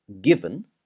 given